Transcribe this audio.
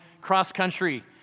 cross-country